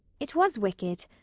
it was wicked.